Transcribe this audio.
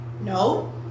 No